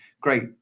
great